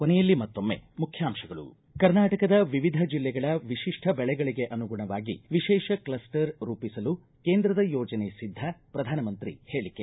ಕೊನೆಯಲ್ಲಿ ಮತ್ತೊಮ್ಮೆ ಮುಖ್ಯಾಂತಗಳು ಕರ್ನಾಟಕದ ವಿವಿಧ ಜಿಲ್ಲೆಗಳ ವಿಶಿಷ್ಠ ಬೆಳೆಗಳಿಗೆ ಅನುಗುಣವಾಗಿ ವಿಶೇಷ ಕ್ಲಸ್ಟರ್ ರೂಪಿಸಲು ಕೇಂದ್ರದ ಯೋಜನೆ ಸಿದ್ದ ಪ್ರಧಾನಮಂತ್ರಿ ಹೇಳಿಕೆ